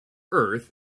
earth